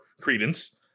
credence